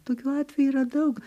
tokių atvejų yra daug